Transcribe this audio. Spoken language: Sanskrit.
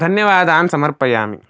धन्यवादान् समर्पयामि